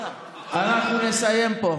אנחנו נסיים פה.